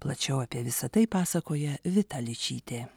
plačiau apie visa tai pasakoja vita ličytė